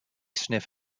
sniff